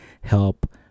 help